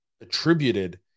attributed